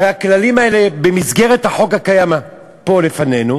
הרי הכללים האלה, במסגרת החוק הקיים פה, לפנינו,